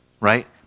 right